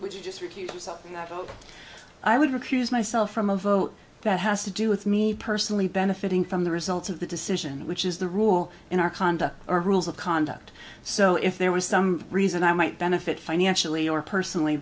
which is just to keep hope i would recuse myself from a vote that has to do with me personally benefiting from the results of the decision which is the rule in our conduct our rules of conduct so if there was some reason i might benefit financially or personally